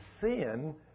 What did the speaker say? sin